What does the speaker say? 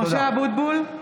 משה אבוטבול,